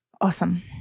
Awesome